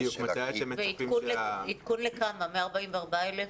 העדכון הוא ל-150,000?